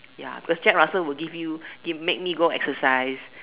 ya because Jack-Russell will give you give make me go exercise